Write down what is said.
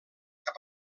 cap